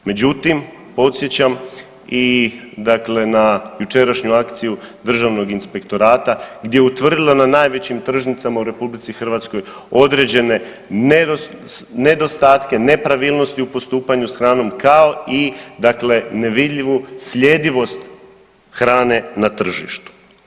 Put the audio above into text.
Međutim, podsjećam i dakle na jučerašnju akciju državnog inspektorata gdje je utvrdilo na najvećim tržnicama u RH određene nedostatke, nepravilnosti u postupanju s hranom, kao i dakle nevidljivu sljedivost hrane na tržištu.